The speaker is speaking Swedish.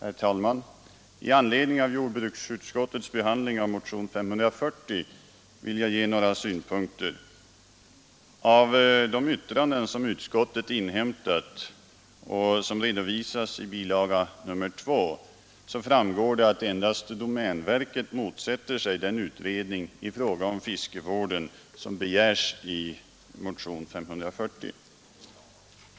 Herr talman! I anledning av jordbruksutskottets behandling av motionen 540 vill jag ge några synpunkter. Av de yttranden som utskottet inhämtat och som redovisas i bil. 2 framgår att endast domänverket motsätter sig den utredning i fråga om fiskevården som begärs i motionen 540.